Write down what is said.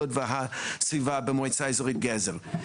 לוד והסביבה ובמועצה אזורית גזר.